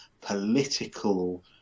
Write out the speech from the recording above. political